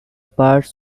parts